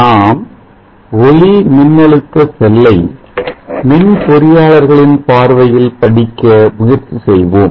நாம் ஒளிமின்னழுத்த செல்லை மின் பொறியாளர்களின் பார்வையில் படிக்க முயற்சி செய்வோம்